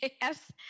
Yes